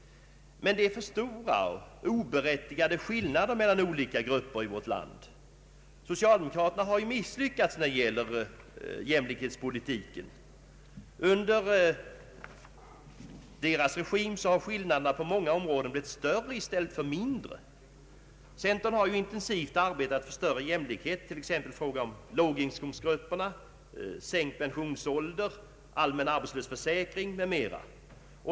Men det är för stora och oberättigade skillnader mellan olika grupper i vårt land. Socialdemokraterna har misslyckats med jämlikhetspolitiken. Under deras regim har skillnaderna på många områden blivit större i stället för mindre. Centern har intensivt arbetat för större jämlikhet, t.ex. i fråga om låginkomstgrupperna, sänkt pensionsålder, allmän = arbetslöshetsförsäkring m.m.